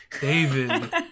David